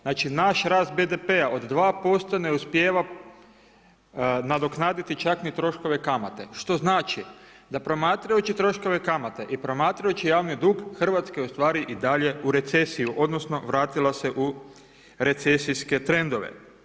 Znači, naš rast BDP-a od 2% ne uspijeva nadoknaditi čak ni troškove kamate, što znači, da promatrajući troškove kamate i promatrajući javni dug RH je u stvari i dalje u recesiji, odnosno vratila se u recesijske trendove.